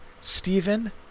Stephen